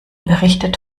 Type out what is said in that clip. berichtet